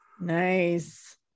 Nice